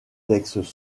textes